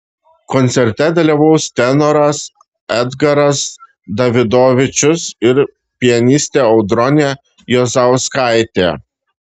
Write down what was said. koncerte dalyvaus tenoras edgaras davidovičius ir pianistė audronė juozauskaitė